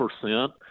percent